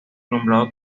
nombrado